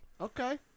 Okay